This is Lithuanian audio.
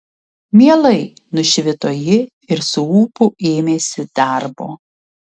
mielai nušvito ji ir su ūpu ėmėsi darbo